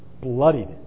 bloodied